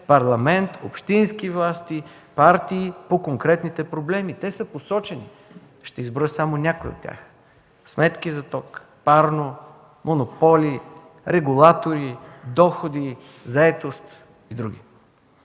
Парламент, общински власти, партии по конкретните проблеми. Те са посочени, ще изброя само някои от тях: сметки за ток, парно, монополи, регулатори, доходи, заетост и други.